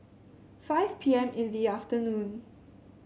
five P M in the afternoon